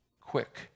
quick